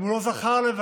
אם הוא לא זכר לבקש,